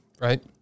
right